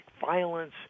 violence